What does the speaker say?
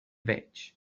veig